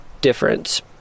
difference